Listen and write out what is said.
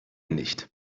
nicht